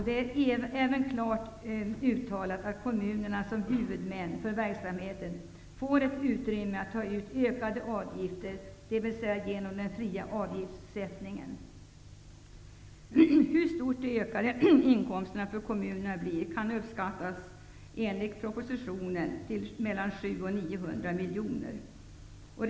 Det är även klart uttalat att kommunerna som huvudmän för verksamheten får ett utrymme att ta ut ökade avgifter, nämligen genom den fria avgiftssättningen. Inkomstökningarna för kommunerna kan enligt propositionen uppskattas till mellan 700 och 900 miljoner kronor.